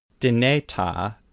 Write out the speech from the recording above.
Dineta